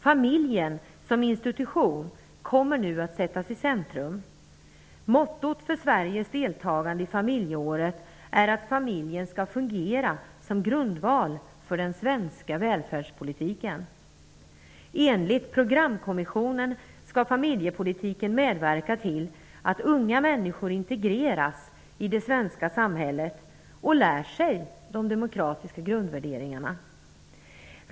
Familjen som institution kommer nu att sättas i centrum. Mottot för Sveriges deltagande i familjeåret är att familjen skall fungera som grundval för den svenska välfärdspolitiken. Enligt Programkommissionen skall familjepolitiken medverka till att unga människor integreras i det svenska samhället och lär sig de demokratiska grundvärderingarna.